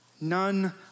None